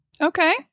Okay